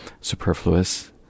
superfluous